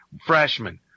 freshman